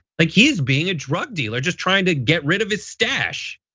like he's being a drug dealer just trying to get rid of his stash.